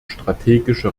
strategische